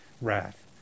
wrath